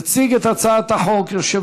וייכנס לספר החוקים של מדינת ישראל.